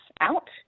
out